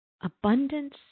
abundance